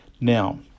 Now